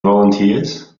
volunteers